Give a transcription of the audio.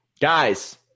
Guys